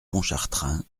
pontchartrain